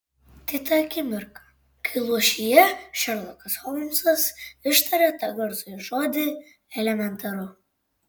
tai ta akimirka kai luošyje šerlokas holmsas ištaria tą garsųjį žodį elementaru